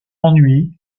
ennui